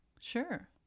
Sure